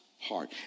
heart